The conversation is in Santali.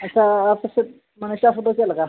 ᱟᱪᱪᱷᱟ ᱟᱯᱮ ᱥᱮᱫ ᱢᱟᱱᱮ ᱪᱟᱥ ᱫᱚ ᱪᱮᱫᱞᱮᱠᱟ